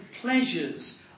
pleasures